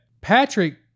Patrick